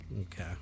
Okay